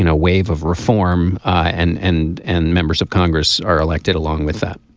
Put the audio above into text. and wave of reform and and and members of congress are elected along with that